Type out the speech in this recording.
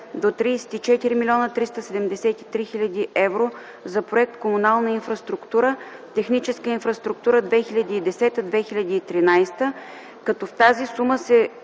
до 34 млн. 373 хил. евро за проект „Комунална инфраструктура – Техническа инфраструктура 2010 – 2013”, като в тази сума се